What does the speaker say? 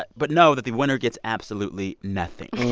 but but know that the winner gets absolutely nothing